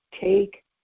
take